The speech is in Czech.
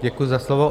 Děkuji za slovo.